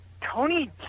Tony